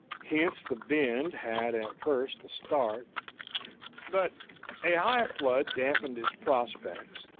hence the bend had at first the start but a high flood dampened its prospects,